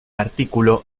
artículo